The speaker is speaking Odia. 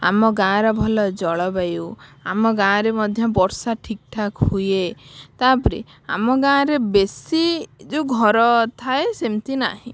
ଆମ ଗାଁର ଭଲ ଜଳବାୟୁ ଆମ ଗାଁରେ ମଧ୍ୟ ବର୍ଷା ଠିକ୍ ଠାକ୍ ହୁଏ ତା'ପରେ ଆମ ଗାଁରେ ବେଶୀ ଯେଉଁ ଘର ଥାଏ ସେମତି ନାହିଁ